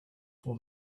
for